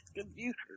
computer